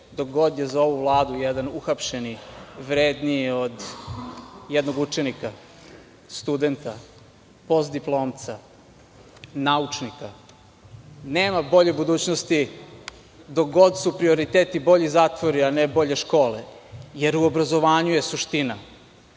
dok god je za ovu vladu jedan uhapšeni vredniji od jednog učenika, studenta, postdiplomca, naučnika. Nema bolje budućnosti dok god su prioriteti bolji zatvori, a ne bolje škole, jer u obrazovanju je suština,